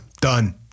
done